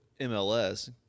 MLS